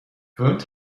wood